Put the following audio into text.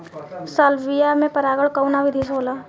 Salvia में परागण कउना विधि से होला?